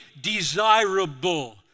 desirable